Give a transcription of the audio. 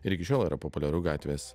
ir iki šiol yra populiaru gatvės